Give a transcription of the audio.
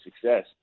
success